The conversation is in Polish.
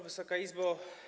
Wysoka Izbo!